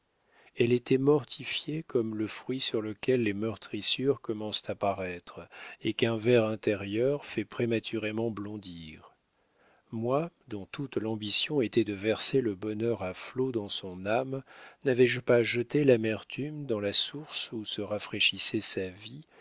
elle était mortifiée comme le fruit sur lequel les meurtrissures commencent à paraître et qu'un ver intérieur fait prématurément blondir moi dont toute l'ambition était de verser le bonheur à flots dans son âme n'avais-je pas jeté l'amertume dans la source où se rafraîchissait sa vie